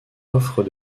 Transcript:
offre